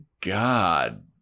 God